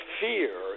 fear